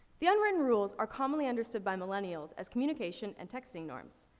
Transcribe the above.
the unwritten rules are commonly understood by millennials as communication and texting norms.